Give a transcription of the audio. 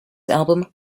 album